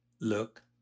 look